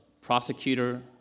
prosecutor